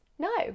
No